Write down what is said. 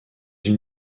une